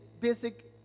basic